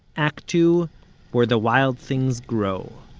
act two where the wild things grow